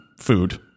food